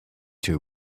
too